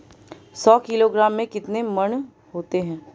सौ किलोग्राम में कितने मण होते हैं?